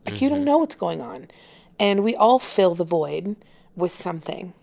ah you don't know what's going on and we all fill the void with something,